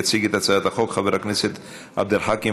יציג את הצעת החוק חבר הכנסת עבד אל חכים